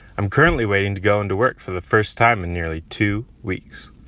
i'm currently waiting to go into work for the first time in nearly two weeks.